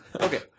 Okay